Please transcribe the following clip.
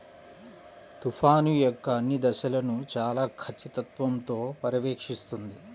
తుఫాను యొక్క అన్ని దశలను చాలా ఖచ్చితత్వంతో పర్యవేక్షిస్తుంది